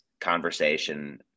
conversation